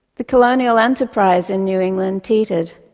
the colonial enterprise in new england teetered.